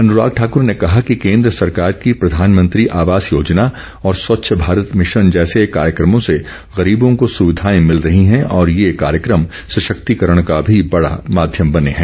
अनुराग ठाकूर ने कहा कि केन्द्र सरकार की प्रधानमंत्री आवास योजना और स्वच्छ भारत मिशन जैसे कार्यक्रमों से गरीबों को सुविधाए मिल रही हैं और ये कार्यक्रम सशक्तिकरण का भी बडा माध्यम बने हैं